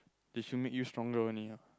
it should make you stronger only ah